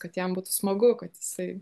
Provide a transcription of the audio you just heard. kad jam būtų smagu kad jisai